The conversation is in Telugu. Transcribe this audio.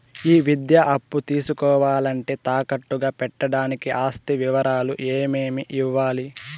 ఈ విద్యా అప్పు తీసుకోవాలంటే తాకట్టు గా పెట్టడానికి ఆస్తి వివరాలు ఏమేమి ఇవ్వాలి?